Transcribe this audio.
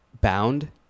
bound